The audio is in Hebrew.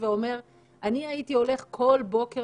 אני חייבת לעשות כוכבית